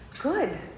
Good